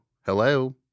Hello